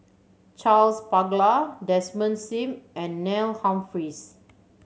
Charles Paglar Desmond Sim and Neil Humphreys